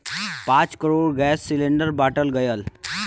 पाँच crore gas cylinder बाँटल गएल